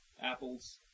apples